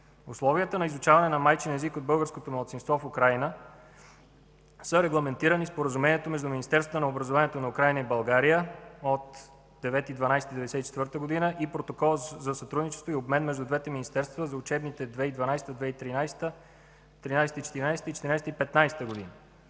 Условията на изучаване на майчин език от българското малцинство в Украйна са регламентирани в Споразумението между министерствата на образованието на Украйна и България от 9 декември 1994 г. и в Протокола за сътрудничество и обмен между двете министерства за учебните 2012 – 2013 г., 2013 – 2014 г. и 2014 – 2015 г.